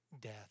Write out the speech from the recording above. death